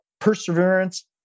perseverance